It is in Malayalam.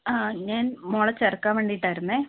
ആ ഞാൻ മകളെ ചേർക്കാൻ വേണ്ടിയിട്ടായിരുന്നേ